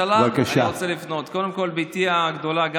אומר, זה לא הגיוני.